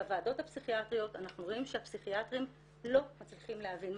בוועדות הפסיכיאטריות אנחנו רואים שהפסיכיאטרים לא מצליחים להבין.